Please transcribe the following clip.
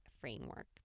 framework